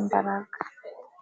imbaraga.